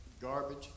garbage